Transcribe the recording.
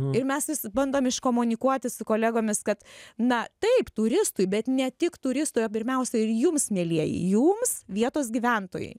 ir mes vis bandom iškomunikuoti su kolegomis kad na taip turistui bet ne tik turistui pirmiausia ir jums mielieji jums vietos gyventojai